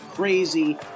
crazy